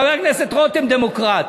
חבר הכנסת רותם דמוקרט.